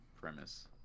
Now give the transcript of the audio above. premise